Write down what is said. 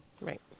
Right